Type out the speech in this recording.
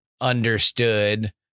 understood